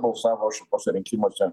balsavo šituose rinkimuose